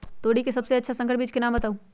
तोरी के सबसे अच्छा संकर बीज के नाम बताऊ?